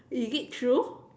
is it true